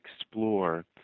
explore